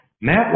Matt